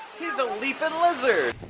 he's a leapin' lizard!